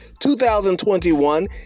2021